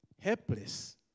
helpless